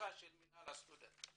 לתמיכה של מינהל הסטודנטים.